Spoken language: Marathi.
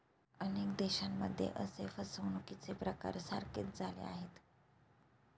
अनेक देशांमध्ये असे फसवणुकीचे प्रकार सारखेच झाले आहेत